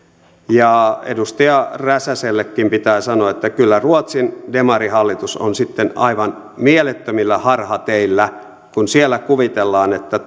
edustaja räsäsellekin pitää sanoa että kyllä ruotsin demarihallitus on sitten aivan mielettömillä harhateillä kun siellä kuvitellaan että